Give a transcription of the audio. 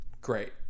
Great